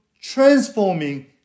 transforming